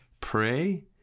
pray